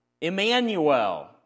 Emmanuel